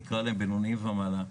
נקרא להם בינוניים ומעלה,